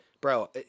Bro